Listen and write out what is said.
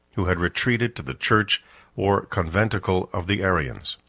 who had retreated to the church or conventicle of the arians.